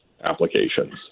applications